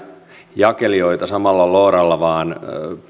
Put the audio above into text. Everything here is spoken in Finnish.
jakelijoita samalla looralla vaan